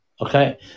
Okay